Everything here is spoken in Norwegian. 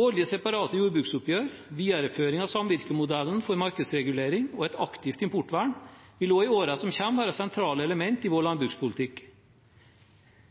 Årlige separate jordbruksoppgjør, videreføring av samvirkemodellen for markedsregulering og et aktivt importvern vil også i årene som kommer, være sentrale elementer i vår landbrukspolitikk.